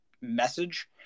message